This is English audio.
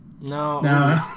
No